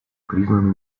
признаны